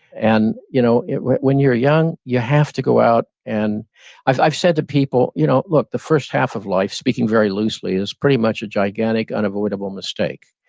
and you know when when you're young, you have to go out. and i've i've said to people, you know look the first half of life, speaking very loosely is pretty much a gigantic unavoidable mistake.